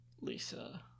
Lisa